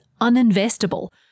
uninvestable